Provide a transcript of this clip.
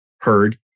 heard